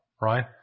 right